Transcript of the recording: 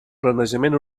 planejament